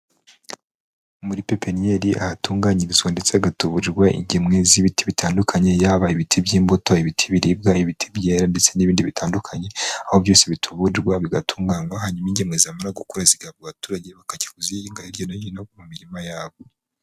Muri pepenyeri ahatunganyirizwa ndetse hagatuburirwa ingemwe z'ibiti bitandukanye yaba ibiti by'imbuto, ibiti biribwa, ibiti byera ndetse n'ibindi bitandukanye, aho byose bituburirwa bigatunganywa hanyuma ingemwe zimara gukura zigahabwa abaturage bakajya kuzihinga hirya no hino mu mirima yabo.